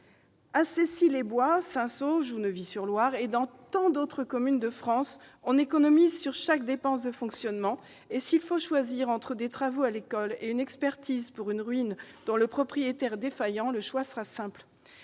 À Cessy-les-Bois, à Saint-Saulge, à Neuvy-sur-Loire et dans tant d'autres communes de France, on économise sur chaque dépense de fonctionnement ; et, s'il faut choisir entre des travaux dans l'école et l'expertise d'une ruine dont le propriétaire est défaillant, le choix sera simple.